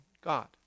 God